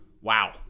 wow